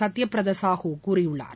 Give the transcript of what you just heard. சத்யபிரதா சாஹூ கூறியுள்ளார்